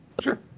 Sure